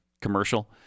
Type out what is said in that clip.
commercial